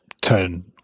turn